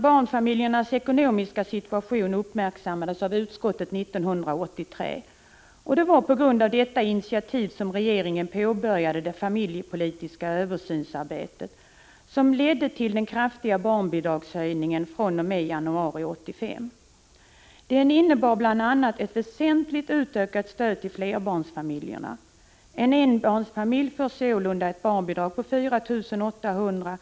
Barnfamiljernas ekonomiska situation uppmärksammades av utskottet 1983, och det var på grund av detta initiativ som regeringen påbörjade det familjepolitiska översynsarbete som ledde till den kraftiga barnbidragshöjningen fr.o.m. januari 1985. Den innebar bl.a. en väsentlig ökning av stödet till flerbarnsfamiljerna. En enbarnsfamilj får sålunda ett bidrag på 4 800 kr.